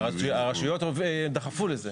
הרשויות מאוד דחפו לזה.